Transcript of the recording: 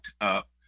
Up